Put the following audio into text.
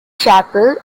chapel